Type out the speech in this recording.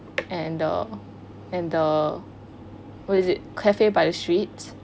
and the and the what is it cafe by the streets